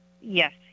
Yes